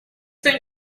been